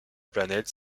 planète